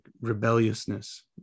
rebelliousness